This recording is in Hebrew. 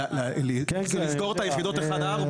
לסגור את היחידות 1-4,